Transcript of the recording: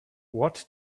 what